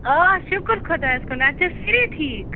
آ شُکُر خۄدایَس کُن اَتہِ چھِ سٲری ٹھِیٖک